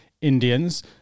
Indians